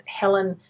helen